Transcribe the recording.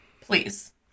please